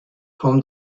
home